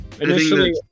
Initially